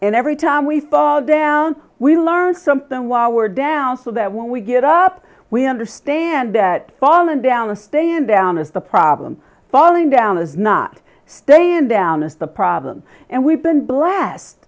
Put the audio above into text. and every time we fall down we learn something while we're down so that when we get up we understand that fallen down a stand down is the problem falling down is not staying down is the problem and we've been blessed